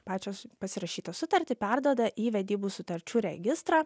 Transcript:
pačią pasirašytą sutartį perduoda į vedybų sutarčių registrą